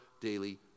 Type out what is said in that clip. daily